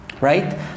right